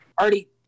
already